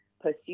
pursue